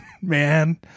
Man